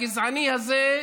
הגזעני הזה,